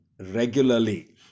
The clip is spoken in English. regularly